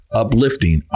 uplifting